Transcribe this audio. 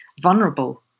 vulnerable